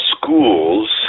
schools